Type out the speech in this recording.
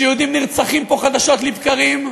כשיהודים נרצחים פה חדשות לבקרים,